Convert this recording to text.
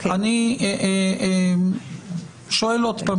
אני שואל עוד פעם,